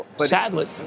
Sadly